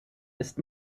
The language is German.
ist